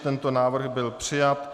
Tento návrh byl přijat.